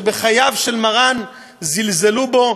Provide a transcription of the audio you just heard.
שבחייו של מרן זלזלו בו,